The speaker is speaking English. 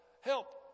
Help